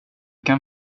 kan